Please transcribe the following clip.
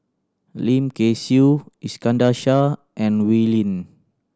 Lim Kay Siu Iskandar Shah and Wee Lin